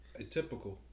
Atypical